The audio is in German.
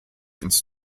ins